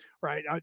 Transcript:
right